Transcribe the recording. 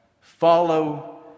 Follow